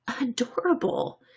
adorable